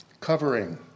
Covering